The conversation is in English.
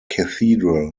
cathedral